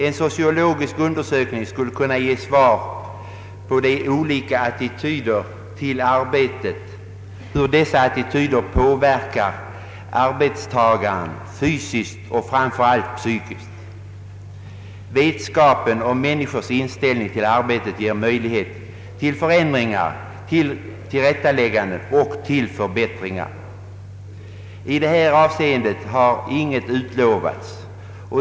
En sociologisk undersökning skulle kunna ge svar beträffande olika attityder till arbetet och hur dessa attityder påverkar arbetstagarna fysiskt och framför allt psykiskt. Vetskapen om människors inställning till arbetet ger möjlighet till förändringar, till tillrättalägganden och till förbättringar. I förevarande avseende har inget utlovats.